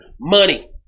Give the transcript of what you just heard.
money